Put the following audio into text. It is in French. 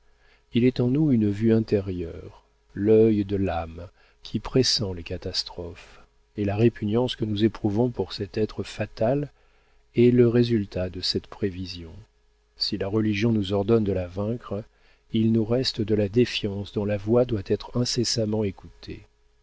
il est en nous une vue intérieure l'œil de l'âme qui pressent les catastrophes et la répugnance que nous éprouvons pour cet être fatal est le résultat de cette prévision si la religion nous ordonne de la vaincre il nous reste la défiance dont la voix doit être incessamment écoutée